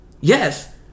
Yes